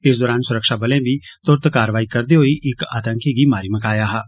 इस दौरान सुरक्षा बलें भी तुरंत कारवाई करदे होई इक्क आतंकी गी मारी मकाया हा